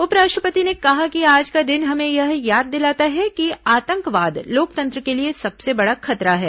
उपराष्ट्रपति ने कहा कि आज का दिन हमें यह याद दिलाता है कि आतंकवाद लोकतंत्र के लिए सबसे बड़ा खतरा है